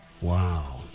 Wow